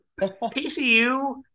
TCU